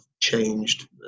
changed